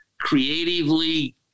creatively